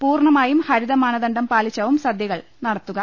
പൂർണമായും പ്രിത മാനദണ്ഡം പാലിച്ചാവും സദ്യകൾ നടത്തുക